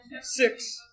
six